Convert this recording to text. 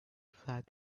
flag